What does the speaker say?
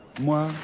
Moi